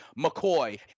McCoy